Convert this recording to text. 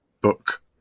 book